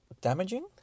damaging